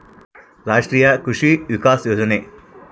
ರಾಷ್ಟ್ರೀಯ ಕೃಷಿ ವಿಕಾಸ ಯೋಜನೆ